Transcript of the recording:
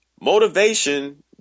motivation